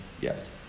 Yes